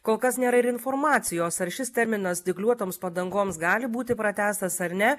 kol kas nėra ir informacijos ar šis terminas dygliuotoms padangoms gali būti pratęstas ar ne